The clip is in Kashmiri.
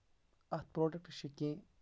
اَتھ پروڈکٹس چھِ کیٚنٛہہ